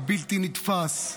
הבלתי-נתפס,